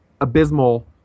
abysmal